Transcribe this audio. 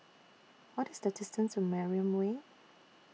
What IS The distance to Mariam Way